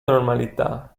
normalità